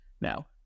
now